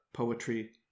poetry